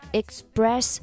express